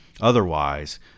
Otherwise